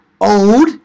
old